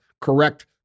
correct